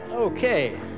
Okay